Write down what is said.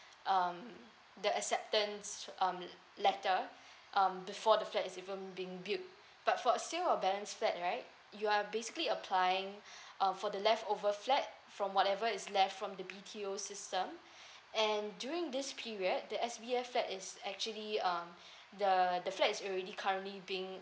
um the acceptance um letter um before the flat is even being built but for a sale of balance flat right you are basically applying uh for the leftover flat from whatever is left from the B_T_O system and during this period the S_B_F flat is actually um the the flat is already currently being